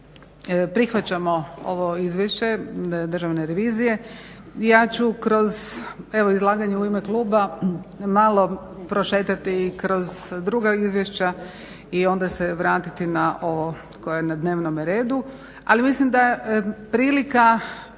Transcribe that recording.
Prihvaćamo ovo izvješće Državne revizije. Ja ću kroz evo izlaganje u ime kluba malo prošetati kroz druga izvješća i onda se vratiti na ovo koje je na dnevnome redu